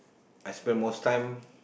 I spend most time